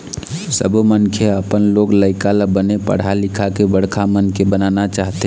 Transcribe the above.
सब्बो मनखे ह अपन लोग लइका ल बने पढ़ा लिखा के बड़का मनखे बनाना चाहथे